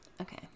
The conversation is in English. Okay